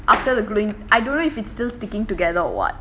after the gluing I don't know if it's still sticking together or what